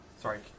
Sorry